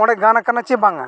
ᱚᱸᱰᱮ ᱜᱟᱱ ᱟᱠᱟᱱᱟ ᱪᱮ ᱵᱟᱝᱟ